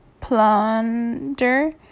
plunder